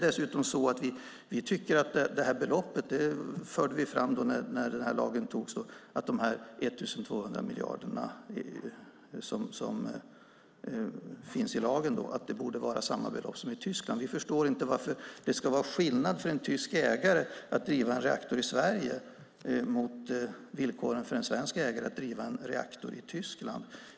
Dessutom tycker vi - detta förde vi fram när lagen i fråga antogs - att det beträffande de 1 200 miljoner euro som nämns i lagen borde vara samma belopp som i Tyskland. Vi förstår inte varför det ska vara skillnad mellan villkoren för en tysk ägare att driva en reaktor i Sverige och villkoren för en svensk ägare att driva en reaktor i Tyskland.